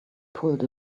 pulled